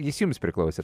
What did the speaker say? jis jums priklausė